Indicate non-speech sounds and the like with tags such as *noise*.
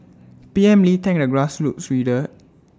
P M lee thanked the grassroots *unintelligible*